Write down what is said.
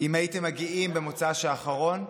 אם הייתם מגיעים במוצ"ש האחרון,